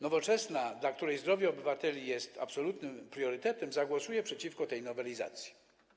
Nowoczesna, dla której zdrowie obywateli jest absolutnym priorytetem, zagłosuje przeciwko tej nowelizacji.